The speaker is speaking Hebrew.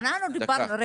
אנחנו דיברנו על